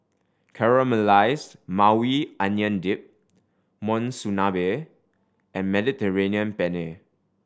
Caramelized Maui Onion Dip Monsunabe and Mediterranean Penne